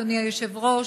אדוני היושב-ראש,